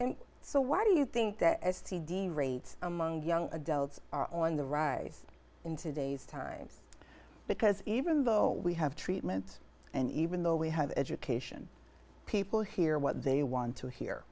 so why do you think that s t d rates among young adults are on the rise in today's times because even though we have treatment and even though we have education people hear what they want to hear